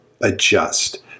adjust